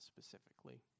specifically